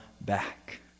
back